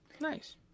Nice